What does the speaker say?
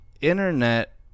internet